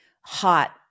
hot